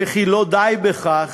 "כי לא די בכך,